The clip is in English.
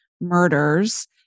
murders